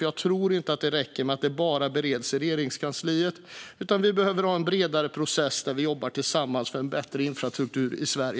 Jag tror nämligen inte att det räcker att detta bara bereds i Regeringskansliet, utan att vi behöver ha en bredare process där vi jobbar tillsammans för en bättre infrastruktur i Sverige.